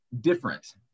different